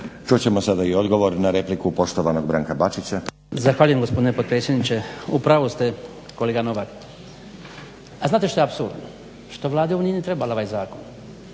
Čut ćemo sada i odgovor na repliku poštovanog Branka Bačića.